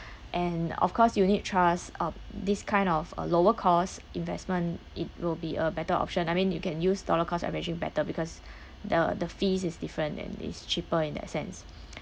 and of course unit trust um this kind of a lower cost investment it will be a better option I mean you can use dollar cost averaging better because the the fees is different and it's cheaper in that sense